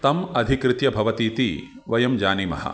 तम् अधिकृत्य भवतीति वयं जानीमः